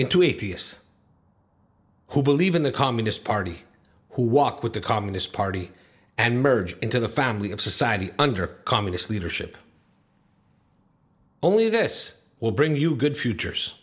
into atheists who believe in the communist party who walk with the communist party and merge into the family of society under communist leadership only this will bring you good futures